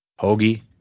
Hoagie